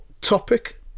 Topic